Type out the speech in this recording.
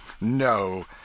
No